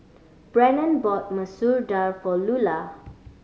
Brennen bought Masoor Dal for Lular